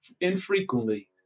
infrequently